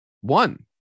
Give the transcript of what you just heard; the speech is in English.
One